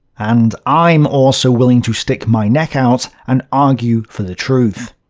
and i'm also willing to stick my neck out and argue for the truth.